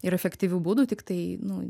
ir efektyvių būdų tiktai nu